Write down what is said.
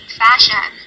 fashion